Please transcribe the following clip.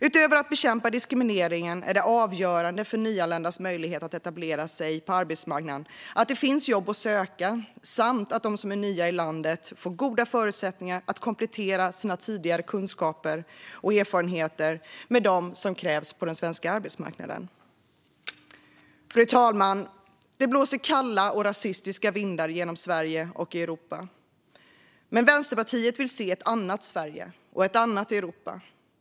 Utöver att bekämpa diskrimineringen är det avgörande för nyanländas möjligheter att etablera sig på arbetsmarknaden att det finns jobb att söka samt att de som är nya i landet får goda förutsättningar att komplettera sina tidigare kunskaper och erfarenheter med de kunskaper som krävs på den svenska arbetsmarknaden. Fru talman! Det blåser kalla och rasistiska vindar genom Sverige och Europa. Men vi i Vänsterpartiet vill se ett annat Sverige och ett annat Europa.